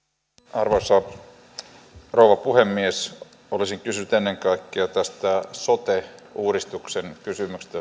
arvoisa rouva puhemies olisin kysynyt ennen kaikkea tästä sote uudistuksen kysymyksestä